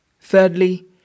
Thirdly